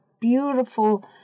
beautiful